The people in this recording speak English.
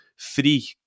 three